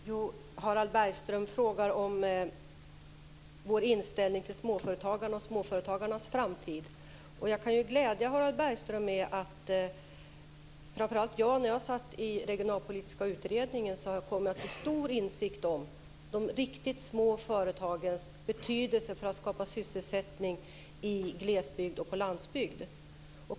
Fru talman! Harald Bergström frågar om vår inställning till småföretagarna och deras framtid. Jag kan glädja Harald Bergström med att jag när jag satt i den regionalpolitiska utredningen kom till stor insikt om de riktigt små företagens betydelse för att skapa sysselsättning i glesbygd och på landsbygd.